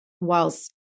whilst